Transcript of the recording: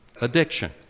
Addiction